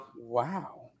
Wow